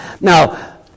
now